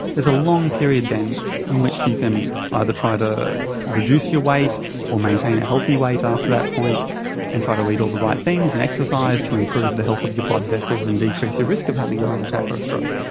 there's a long period then in which you can either try to reduce your weight or maintain a healthy weight after that point and try to eat all the right things and exercise to improve the health of your blood vessels and decrease your risk of having a heart attack or a stroke.